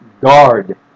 guard